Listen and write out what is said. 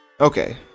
okay